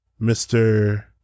Mr